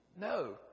No